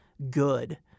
good